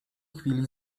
chwili